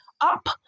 up